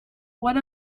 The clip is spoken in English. what